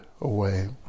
away